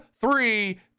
three